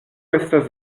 estas